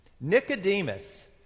Nicodemus